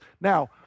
Now